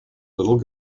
little